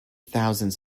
thousands